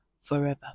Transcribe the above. forever